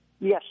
Yes